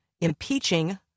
impeaching